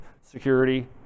security